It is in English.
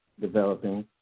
developing